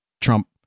trump